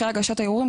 אחרי הגשת הערעורים,